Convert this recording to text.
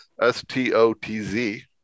S-T-O-T-Z